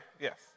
Yes